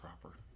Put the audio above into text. proper